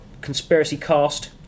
conspiracycast